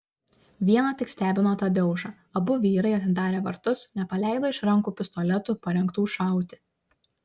viena tik stebino tadeušą abu vyrai atidarę vartus nepaleido iš rankų pistoletų parengtų šauti